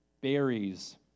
berries